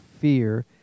fear